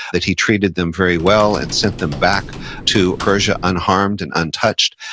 that he treated them very well and sent them back to persia unharmed and untouched.